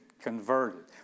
converted